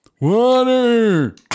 Water